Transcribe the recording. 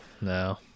no